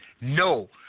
No